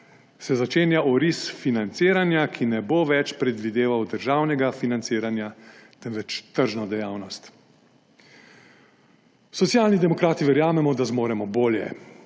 se začenja oris financiranja, ki ne bo več predvideval državnega financiranja, temveč tržno dejavnost. Socialni demokrati verjamemo, da zmoremo bolje,